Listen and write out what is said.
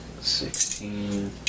sixteen